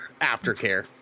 Aftercare